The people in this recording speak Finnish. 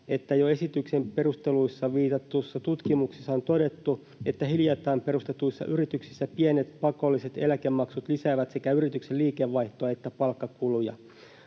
jo esityksen perusteluissa viitatuissa tutkimuksissa on todettu, että hiljattain perustetuissa yrityksissä pienet pakolliset eläkemaksut lisäävät sekä yrityksen liikevaihtoa että palkkakuluja.